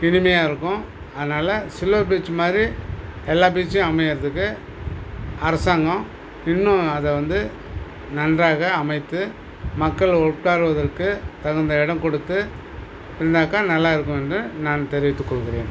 இனிமையாக இருக்கும் அதனால சில்வர் பீச் மாதிரி எல்லா பீச்சும் அமையிறதுக்கு அரசாங்கம் இன்னும் அதை வந்து நன்றாக அமைத்து மக்கள் உட்காருவதற்கு தகுந்த இடம் கொடுத்து இருந்தாக்கா நல்லா இருக்கும் என்று நான் தெரிவித்துக் கொள்கிறேன்